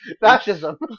Fascism